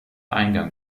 eingang